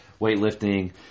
weightlifting